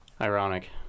ironic